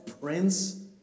Prince